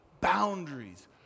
Boundaries